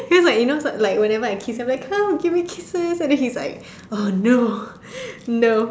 cause like you know whenever I kiss him come give me kisses and then he was like no no